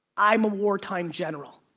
i'm a wartime general.